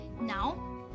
Now